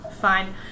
fine